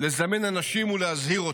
לזמן אנשים ולהזהיר אותם.